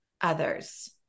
others